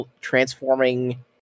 transforming